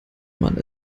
man